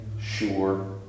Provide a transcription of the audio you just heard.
sure